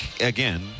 Again